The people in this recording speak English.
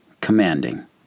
Commanding